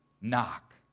knock